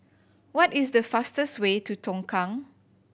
what is the fastest way to Tongkang